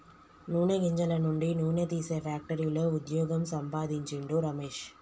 నూనె గింజల నుండి నూనె తీసే ఫ్యాక్టరీలో వుద్యోగం సంపాందించిండు రమేష్